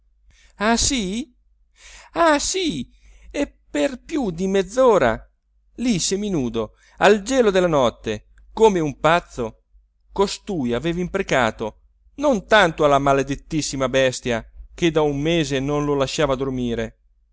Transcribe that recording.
ah sì ah sì e per più di mezz'ora lì seminudo al gelo della notte come un pazzo costui aveva imprecato non tanto alla maledettissima bestia che da un mese non lo lasciava dormire